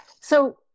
So-